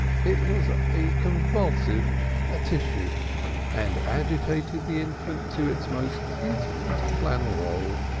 it was a convulsive atichoo, and agitated the infant to its most intimate flannel-roll.